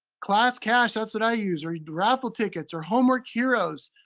class cash, that's what i use, or raffle tickets, or homework heroes,